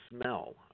smell